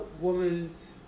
woman's